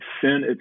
sin